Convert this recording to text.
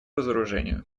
разоружению